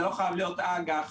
זה לא חייב להיות אג"ח,